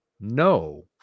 no